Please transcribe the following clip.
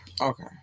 Okay